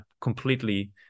completely